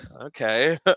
Okay